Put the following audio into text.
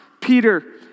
Peter